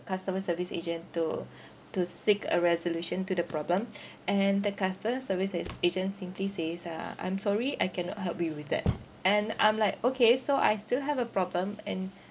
customer service agent to to seek a resolution to the problem and the customer service s~ agent simply says uh I'm sorry I cannot help you with that and I'm like okay so I still have a problem and